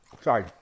sorry